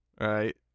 right